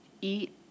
eat